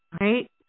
Right